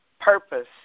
purpose